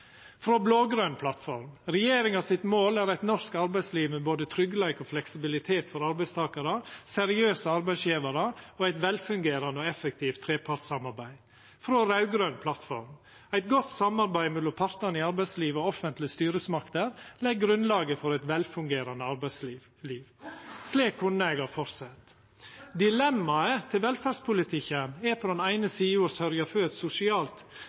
Frå blå-grøn plattform: «Regjeringa sitt mål er eit norsk arbeidsliv med både tryggleik og fleksibilitet for arbeidstakarar, seriøse arbeidsgivarar og eit velfungerende effektivt trepartssamarbeid. Frå raud-grøn plattform: «et godt samarbeid mellom partene i arbeidslivet og offentlige myndigheter legger grunnlaget for et velfungerende arbeidsliv». Slik kunne eg ha fortsett. Dilemmaet til velferdspolitikken er på den eine sida å sørgja for eit sosialt